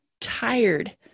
tired